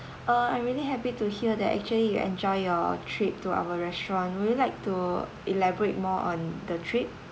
uh I'm really happy to hear that actually you enjoy your trip to our restaurant would you like to elaborate more on the trip